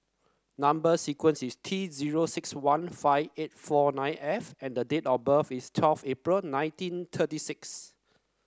number sequence is T zero six one five eight four nine F and the date of birth is twelve April nineteen thirty six